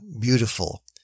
beautiful